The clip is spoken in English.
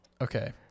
Okay